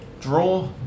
draw